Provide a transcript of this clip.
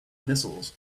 missiles